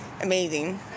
amazing